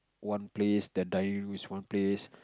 one place the dinning room is one place